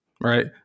right